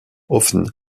often